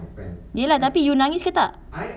ya lah tapi you nangis ke tak